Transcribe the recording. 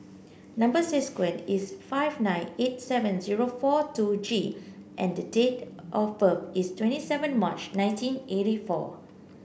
number is T five nine eight seven zero four two G and the date of birth is twenty seven March nineteen eighty four